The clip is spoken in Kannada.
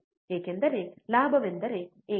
ಏಕೆಂದರೆ ಲಾಭವೆಂದರೆ ಏಕತೆ